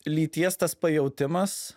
lyties tas pajautimas